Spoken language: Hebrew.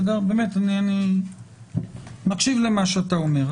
אני מקשיב למה שאתה אומר.